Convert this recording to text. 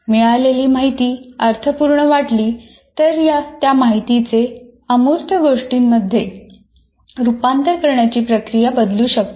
मिळालेली माहिती अर्थपूर्ण वाटली तर त्या माहितीचे अमूर्त गोष्टींमध्ये रूपांतर करण्याची प्रक्रिया बदलू शकते